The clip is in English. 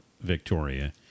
Victoria